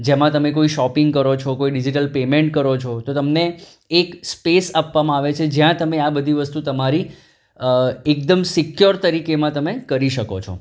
જેમાં તમે કોઈ શોપિંગ કરો છો કોઈ ડિઝિટલ પેમેન્ટ કરો છો તો તમને એક સ્પેસ આપવામાં આવે છે જ્યાં તમે આ બધી વસ્તુ તમારી એકદમ સિક્યોર તરીકે એમાં તમે કરી શકો છો